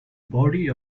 body